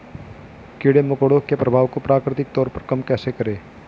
कीड़े मकोड़ों के प्रभाव को प्राकृतिक तौर पर कम कैसे करें?